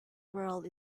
world